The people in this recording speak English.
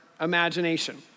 imagination